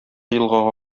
елгага